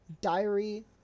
diary